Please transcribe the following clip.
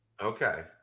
Okay